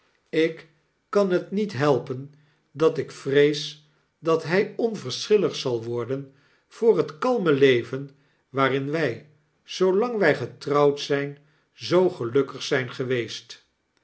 ik kan het niet helpen dat ik vrees dat hy onverschillig zal worden voor het kalme leven waarin wy zoolang wy getrouwd zyn zoo gelukkig zyn geweest